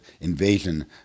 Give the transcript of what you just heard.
invasion